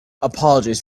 apologies